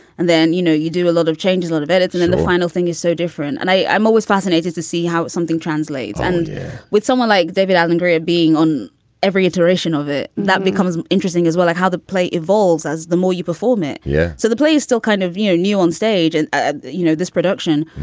and then, you know, you do a lot of changes a little bit. and then the final thing is so different. and i i'm always fascinated to see how something translates. and with someone like david alan grier being on every iteration of it, that becomes interesting as well, like how the play evolves as the more you perform it yeah. so the play is still kind of view new on stage and ah you know, this production.